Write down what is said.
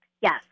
Yes